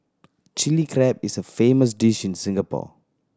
Chilli Crab is a famous dish in Singapore